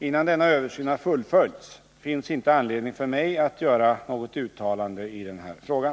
Innan denna översyn har fullföljts finns inte anledning för mig att göra något uttalande i den frågan.